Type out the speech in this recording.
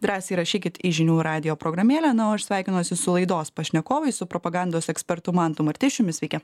drąsiai rašykit į žinių radijo programėlę na o aš sveikinuosi su laidos pašnekovais su propagandos ekspertu mantu martišiumi sveiki